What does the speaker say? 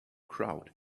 crowd